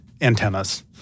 antennas